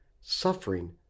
suffering